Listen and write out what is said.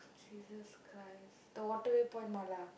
Jesus Christ the Waterway Point mala